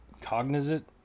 Cognizant